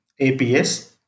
APS